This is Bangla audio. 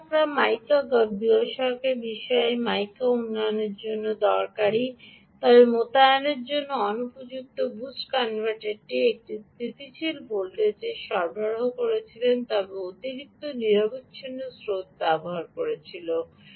গবেষকরা মিকা গবেষকরা বলেছেন যে এই মিকা উন্নয়নের জন্য দরকারী তবে মোতায়েনের জন্য অনুপযুক্ত বুস্ট কনভার্টারটি একটি স্থিতিশীল ভোল্টেজ সরবরাহ করেছিল তবে অতিরিক্ত নিরবচ্ছিন্ন স্রোত ব্যবহার করেছিল